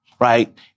right